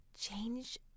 change